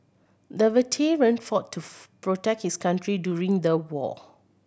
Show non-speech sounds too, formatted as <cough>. the veteran fought to <unintelligible> protect his country during the war